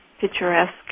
picturesque